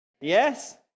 Yes